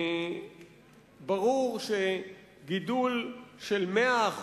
ברור שגידול של 100%,